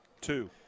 Two